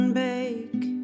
bake